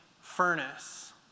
furnace